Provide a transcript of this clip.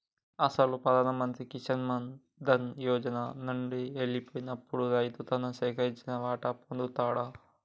అసలు ప్రధాన మంత్రి కిసాన్ మాన్ ధన్ యోజన నండి ఎల్లిపోయినప్పుడు రైతు తను సేకరించిన వాటాను పొందుతాడు